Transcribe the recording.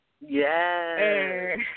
Yes